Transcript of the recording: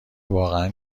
واقعا